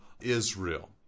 israel